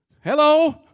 Hello